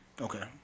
Okay